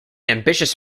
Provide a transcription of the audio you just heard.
ambitious